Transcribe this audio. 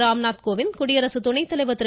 ராம்நாத் கோவிந்த் குடியரசு துணைத்தலைவர் திரு